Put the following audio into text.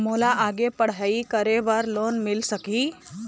मोला आगे पढ़ई करे बर लोन मिल सकही?